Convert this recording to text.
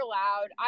loud